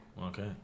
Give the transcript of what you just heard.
Okay